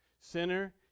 Sinner